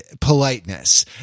politeness